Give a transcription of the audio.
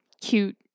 cute